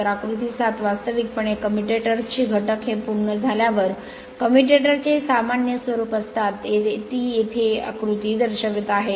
तर आकृती 7 वास्तविकपणे कम्युटियर्स चे घटक हे पूर्ण झाल्यावर कम्युटर चे सामान्य स्वरूप असतात ते येथे ही आकृती दर्शवित आहे